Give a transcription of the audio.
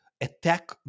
attack